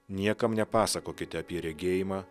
niekam nepasakokite apie regėjimą